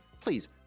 please